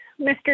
Mr